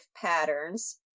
patterns